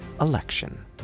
election